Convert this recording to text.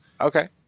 Okay